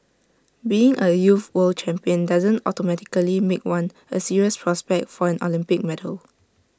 being A youth world champion doesn't automatically make one A serious prospect for an Olympic medal